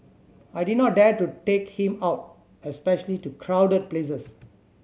I did not dare to take him out especially to crowded places